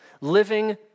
living